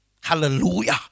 Hallelujah